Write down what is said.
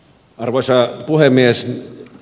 arvoisa puhemies